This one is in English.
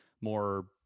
more